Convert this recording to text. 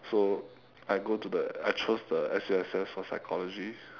so I go to the I chose the S_U_S_S for psychology